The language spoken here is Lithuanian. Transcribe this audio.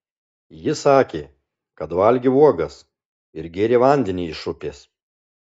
ji sakė kad valgė uogas ir gėrė vandenį iš upės